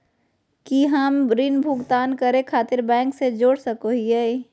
की हम ऋण भुगतान करे खातिर बैंक से जोड़ सको हियै?